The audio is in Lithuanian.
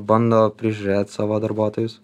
bando prižiūrėt savo darbuotojus